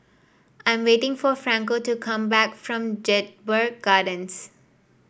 I am waiting for Franco to come back from Jedburgh Gardens